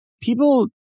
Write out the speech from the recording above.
people